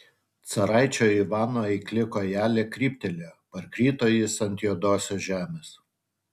caraičio ivano eikli kojelė kryptelėjo parkrito jis ant juodosios žemės